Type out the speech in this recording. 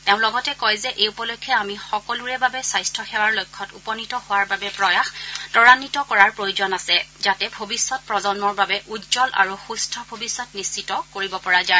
তেওঁ লগতে কয় যে এই উপলক্ষে আমি সকলোৰে বাবে স্বাস্থ্য সেৱাৰ লক্ষ্যত উপনীত হোৱাৰ বাবে প্ৰয়াস ত্বৰান্বিত কৰাৰ প্ৰয়োজন আছে যাতে ভৱিষ্যৎ প্ৰজন্মৰ বাবে উজ্জ্বল আৰু সুস্থ ভৱিষ্যৎ নিশ্চিত কৰিব পৰা যায়